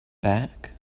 back